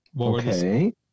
Okay